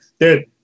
Dude